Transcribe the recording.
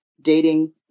dating